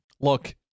Look